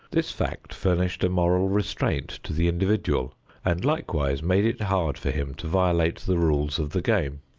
this fact furnished a moral restraint to the individual and likewise made it hard for him to violate the rules of the game.